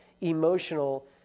emotional